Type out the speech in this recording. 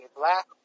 black